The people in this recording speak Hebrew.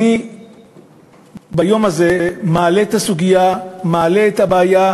אני ביום הזה מעלה את הסוגיה, מעלה את הבעיה,